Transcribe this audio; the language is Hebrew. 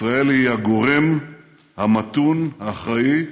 ישראל היא הגורם המתון, האחראי,